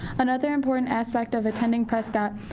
another important aspect of attending prescott.